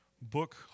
book